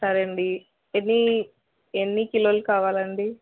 సరే అండి ఇవి ఎన్ని కిలోలు కావాలి అండి